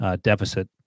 deficit